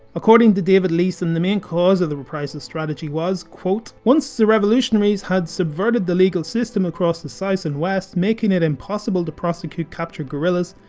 according to david leeson, the main cause of the reprisal strategy was quote once the revolutionaries had subverted the legal system across the south and west, making it impossible to prosecute captured guerrillas,